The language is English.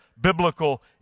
Biblical